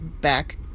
back